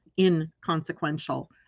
inconsequential